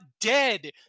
dead